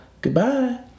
Goodbye